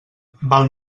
val